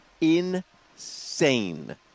Insane